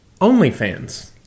OnlyFans